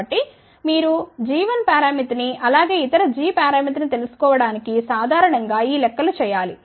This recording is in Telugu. కాబట్టి మీరు g1 పారామితిని అలాగే ఇతర g పరామితి ని తెలుసుకోవడానికి సాధారణం గా ఈ లెక్కలు చేయాలి